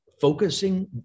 Focusing